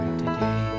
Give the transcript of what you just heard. today